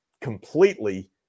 completely